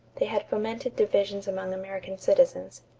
they had fomented divisions among american citizens.